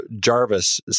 Jarvis